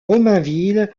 romainville